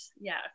Yes